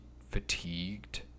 fatigued